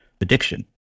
addiction